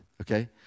okay